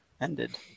ended